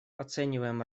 оцениваем